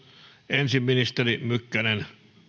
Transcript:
ensin ministeri mykkänen